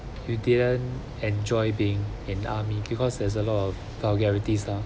you didn't enjoy being in army because there's a lot of vulgarities ah